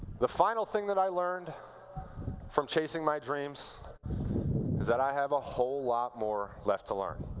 the final thing that i learned from chasing my dreams is that i have a whole lot more left to learn.